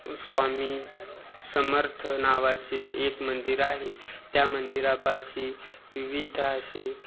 स्वामी समर्थ नावाचे एक मंदिर आहे त्या मंदिरापाशी विविध असे